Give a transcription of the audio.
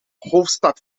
hoofdstad